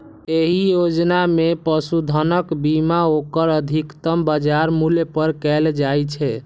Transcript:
एहि योजना मे पशुधनक बीमा ओकर अधिकतम बाजार मूल्य पर कैल जाइ छै